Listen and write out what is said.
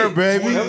baby